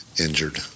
injured